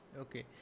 okay